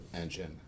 engine